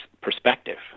perspective